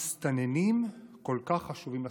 המסתננים כל כך חשובים לשמאל?